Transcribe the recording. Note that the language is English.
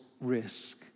risk